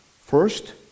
First